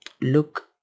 look